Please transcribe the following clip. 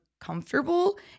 comfortable